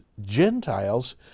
Gentiles